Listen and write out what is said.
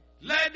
Let